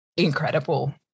incredible